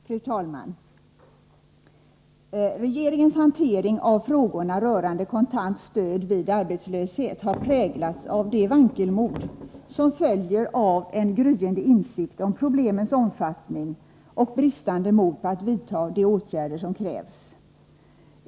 Fru talman! Regeringens hantering av frågorna rörande kontant stöd vid arbetslöshet har präglats av det vankelmod som följer av en gryende insikt om problemens omfattning och bristande mod att vidta de åtgärder som krävs.